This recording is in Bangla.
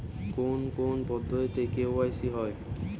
কোন কোন পদ্ধতিতে কে.ওয়াই.সি হয়?